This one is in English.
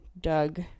Doug